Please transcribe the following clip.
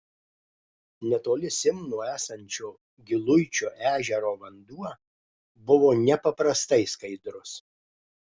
netoli simno esančio giluičio ežero vanduo buvo nepaprastai skaidrus